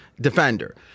defender